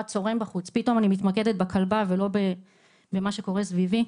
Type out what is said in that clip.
צורם בחוץ פתאום אני מתמקדת בכלבה ולא במה שקורה סביבי.